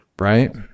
Right